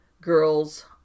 girls